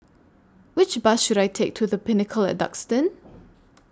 Which Bus should I Take to The Pinnacle Duxton